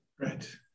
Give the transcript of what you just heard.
Right